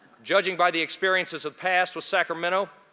judging by the experiences of past with sacramento,